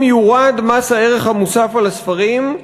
אם יורד מס הערך המוסף על הספרים,